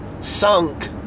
sunk